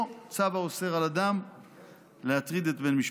או צו האוסר על אדם להטריד את בן משפחתו.